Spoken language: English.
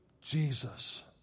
Jesus